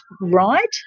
right